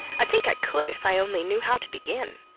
i think i could, if i only knew how to begin